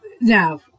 Now